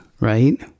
right